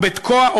או בתקוע,